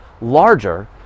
larger